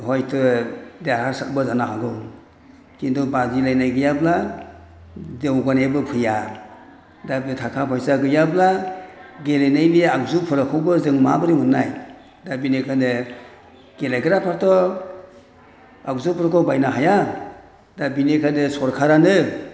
हयथ' देरहासारबो जानो हागौ किन्तु बादिलायनाय गैयाब्ला जौगानायाबो फैया दा बे थाखा फैसा गैयाब्ला गेलेनायनि आगजुफोरखौबो जों माबोरै मोननाय दा बेनिखायनो गेलेग्राफोराथ' आगजुफोरखौ बायनो हाया दा बेनिखायनो सरकारानो